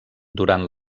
durant